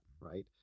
right